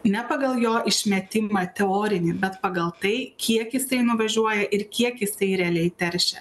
ne pagal jo išmetimą teorinį bet pagal tai kiek jisai nuvažiuoja ir kiek jisai realiai teršia